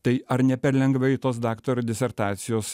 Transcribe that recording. tai ar ne per lengvai tos daktaro disertacijos